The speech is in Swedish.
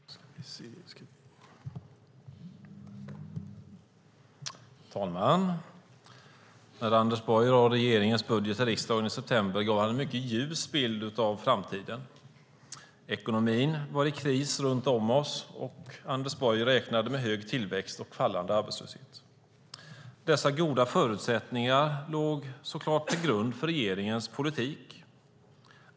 Herr talman! När Anders Borg lade fram regeringens budget i riksdagen i september gav han en mycket ljus bild av framtiden. Ekonomin var i kris runt om oss, men Anders Borg räknade med hög tillväxt och fallande arbetslöshet. Dessa goda förutsättningar låg såklart till grund för regeringens politik.